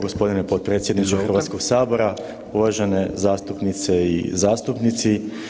Gospodine potpredsjedniče Hrvatskog sabora, uvažene zastupnice i zastupnici.